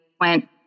went